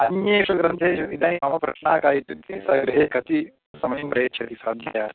अन्येषु ग्रन्थेषु इदानीं मम प्रश्नः कः इत्युक्ते सः गृहे कति समयः प्रयच्छति स्वाध्याये